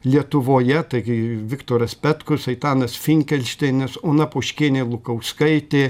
lietuvoje taigi viktoras petkus antanas finkelšteinas ona poškienė lukauskaitė